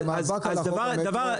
יהיה מאבק על חוק המטרו.